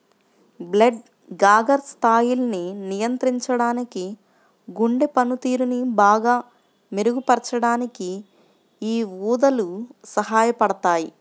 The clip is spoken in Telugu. బ్లడ్ షుగర్ స్థాయిల్ని నియంత్రించడానికి, గుండె పనితీరుని బాగా మెరుగుపరచడానికి యీ ఊదలు సహాయపడతయ్యి